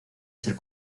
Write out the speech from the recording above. ser